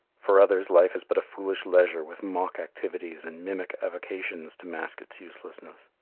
for others life is but a foolish leisure with mock activities and mimic avocations to mask its uselessness.